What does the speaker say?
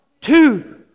two